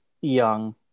young